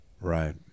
right